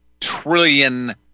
trillion